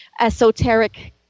esoteric